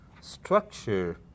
structure